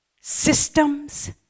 systems